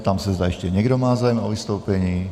Ptám se, zda ještě někdo má zájem o vystoupení.